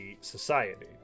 society